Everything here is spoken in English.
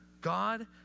God